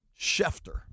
Schefter